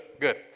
Good